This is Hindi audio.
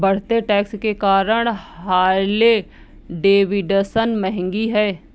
बढ़ते टैक्स के कारण हार्ले डेविडसन महंगी हैं